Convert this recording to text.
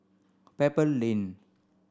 Pebble Lane